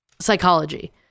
psychology